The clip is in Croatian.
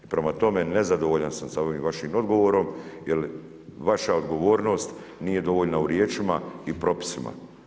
I prema tome, nezadovoljan sam sa ovim vašim odgovorom, jer vaša odgovornost nije dovoljna u riječima i propisima.